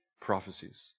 prophecies